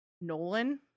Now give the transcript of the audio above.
Nolan